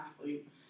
athlete